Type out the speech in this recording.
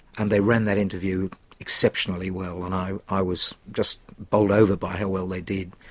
and they ran that interview exceptionally well, and i i was just bowled over by how well they did.